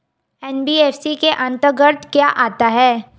NBFC के अंतर्गत क्या आता है?